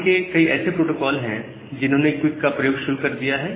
हाल के कई ऐसे प्रोटोकॉल्स हैं जिन्होंने क्विक का प्रयोग शुरु कर दिया है